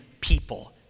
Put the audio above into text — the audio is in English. people